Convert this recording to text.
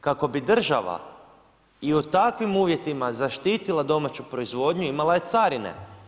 Kako bi država i u takvim uvjetima zaštitila domaću proizvodnju, imala je carine.